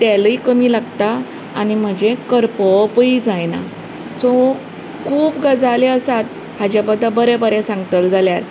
तेलूय कमी लागता आनी म्हजें करपोवपूय जायना सो खूब गजाल्यो आसात हाचे बद्दल बरें बरें सांगतलें जाल्यार